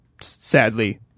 sadly